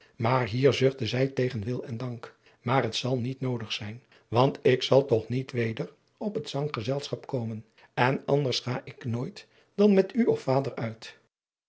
en dank maar het zal niet noodig zijn want ik zal toch niet weder op het zanggezelschap komen en anders ga ik nooit dan met u of vader uit